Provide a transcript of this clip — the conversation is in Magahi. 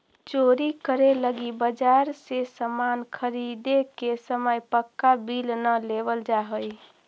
चोरी करे लगी बाजार से सामान ख़रीदे के समय पक्का बिल न लेवल जाऽ हई